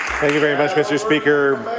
you very much, mr. speaker.